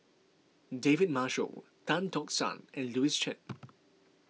David Marshall Tan Tock San and Louis Chen